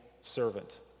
servant